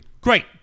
Great